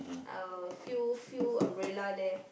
uh few few umbrella there